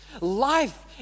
Life